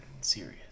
serious